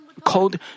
called